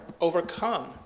overcome